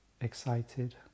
Excited